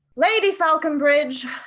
lady falconbridge,